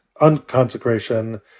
unconsecration